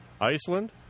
Iceland